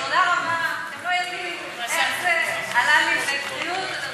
זה עלה לי בבריאות.